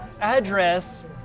address